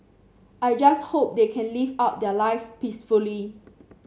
I just hope they can live out their live peacefully